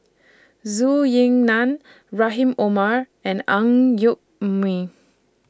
Su Ying NAN Rahim Omar and Ang Yoke Mooi